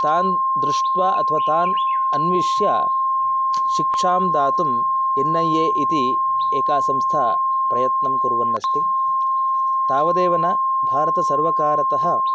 तान् दृष्ट्वा अथवा तान् अन्विष्य शिक्षां दातुम् एन् ऐ ए इति एका संस्था प्रयत्नं कुर्वन् अस्ति तावदेव न भारतसर्वकारतः